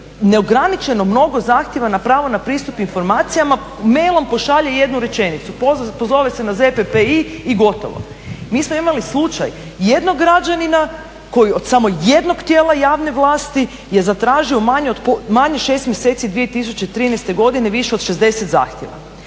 neograničeno mnogo zahtjeva na pravo na pristup informacijama, mail-om pošalje jednu rečenicu, pozove se na ZPPI i gotovo. Mi smo imali slučaj jednog građanina koji od samo jednog tijela javne vlasti je zatražio u manje od 6 mjeseci 2013. godine, više od 60 zahtjeva.